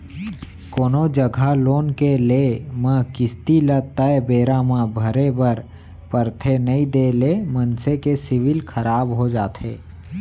कोनो जघा लोन के लेए म किस्ती ल तय बेरा म भरे बर परथे नइ देय ले मनसे के सिविल खराब हो जाथे